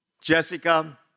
Jessica